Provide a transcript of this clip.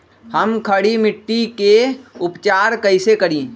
हम खड़ी मिट्टी के उपचार कईसे करी?